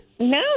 No